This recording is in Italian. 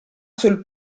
sul